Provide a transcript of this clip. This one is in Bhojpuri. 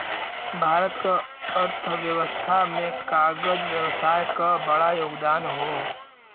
भारत क अर्थव्यवस्था में कागज व्यवसाय क बड़ा योगदान हौ